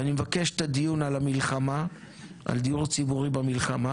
ואני מבקש את הדיון על דיור ציבורי במלחמה